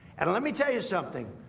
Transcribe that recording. and let me tell you something,